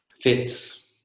fits